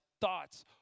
thoughts